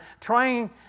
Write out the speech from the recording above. trying